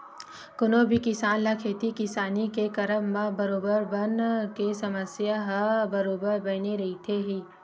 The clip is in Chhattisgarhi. कोनो भी किसान ल खेती किसानी के करब म बरोबर बन के समस्या ह बरोबर बने रहिथे ही